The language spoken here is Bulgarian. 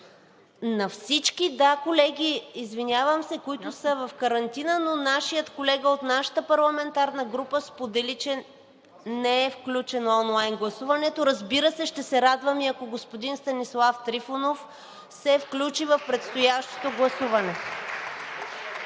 На всички – да, колеги, извинявам се, които са в карантина, но нашият колега от нашата парламентарна група сподели, че не е включено онлайн гласуването. Разбира се, ще се радвам и ако господин Станислав Трифонов се включи в предстоящото гласуване.